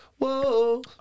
Whoa